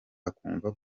akumva